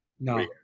no